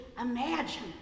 imagine